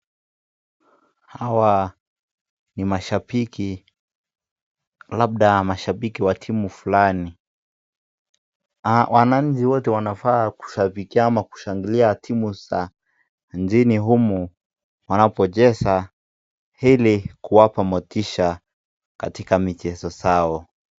Hawa ni mashambiki labda mashabiki wa timu fulani. Wananchi wote wanafaa kushabikia ama kushangilia timu za nchini humu wanapocheza ili kuwapa motisha katika michezo zao.